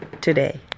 today